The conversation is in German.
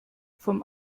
vom